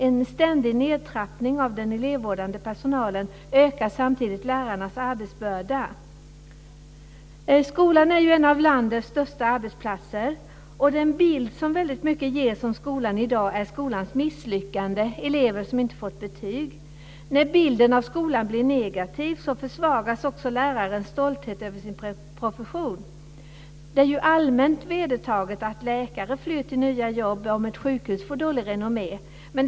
En ständig nedtrappning av den elevvårdande personalen ökar samtidigt lärarnas arbetsbörda. Skolan är en av landets största arbetsplatser. Den bild som väldigt mycket ges av skolan i dag är skolans misslyckande, elever som inte fått betyg. När bilden av skolan blir negativ försvagas också lärarens stolthet över sin profession. Det är allmänt vedertaget att läkare flyr till nya jobb om ett sjukhus får dålig renommé.